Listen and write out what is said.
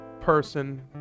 person